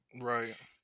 Right